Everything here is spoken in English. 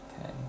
Okay